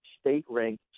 state-ranked